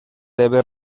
debe